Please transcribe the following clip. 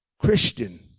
Christian